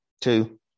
two